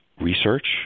research